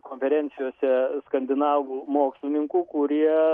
konferencijose skandinavų mokslininkų kurie